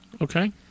okay